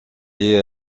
est